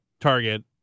target